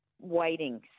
waiting